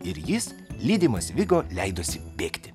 ir jis lydimas vigo leidosi bėgti